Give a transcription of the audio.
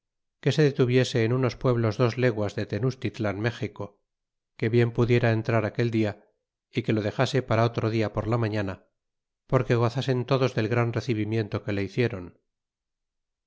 que se detuviese en unos pueblos dos leguas de tenustitlan méxico que bien pudiera entrar aquel dia y que lo dexase para otro dia por la mañana porque gozasen todos del gran recibimiento que le hicieron